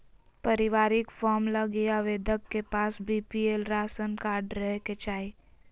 पारिवारिक फार्म लगी आवेदक के पास बीपीएल राशन कार्ड रहे के चाहि